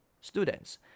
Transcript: students